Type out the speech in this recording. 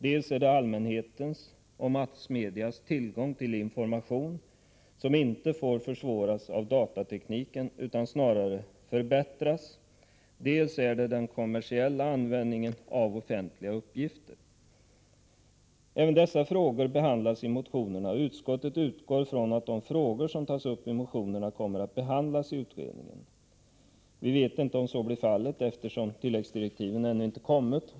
Dels gäller det allmänhetens och massmedias tillgång till information, som inte får försvåras av datatekniken utan som snarare bör förbättras, dels gäller det den kommersiella användningen av offentliga uppgifter. Även dessa frågor behandlas i motionerna, och utskottet utgår från att de frågor som tas upp i motionerna kommer att behandlas i utredningen. Vi vet inte om så blir fallet, eftersom tilläggsdirektiv ännu inte utfärdats.